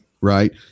right